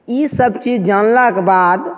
ईसब चीज जानलाके बाद